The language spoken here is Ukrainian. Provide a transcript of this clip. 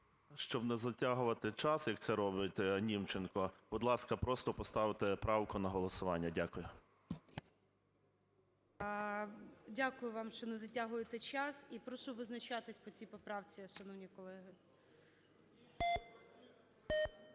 Щоб не затягувати час, як це робить Німченко, будь ласка, просто поставити правку на голосування. Дякую. ГОЛОВУЮЧИЙ. Дякую вам, що не затягуєте час. І прошу визначатись по цій поправці, шановні колеги.